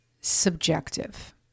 subjective